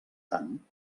tant